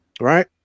Right